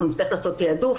נצטרך לעשות תעדוף.